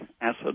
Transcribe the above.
acid